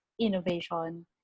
innovation